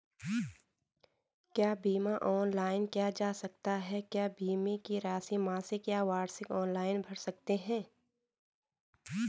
क्या बीमा ऑनलाइन किया जा सकता है क्या बीमे की राशि मासिक या वार्षिक ऑनलाइन भर सकते हैं?